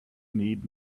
need